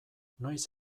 noiz